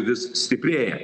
vis stiprėja